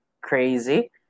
crazy